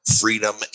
freedom